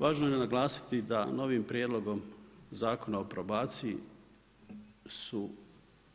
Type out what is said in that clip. Važno je naglasiti da novim Prijedlogom zakona o probaciji su